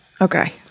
Okay